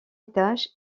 étage